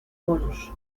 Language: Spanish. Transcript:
bonus